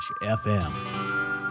FM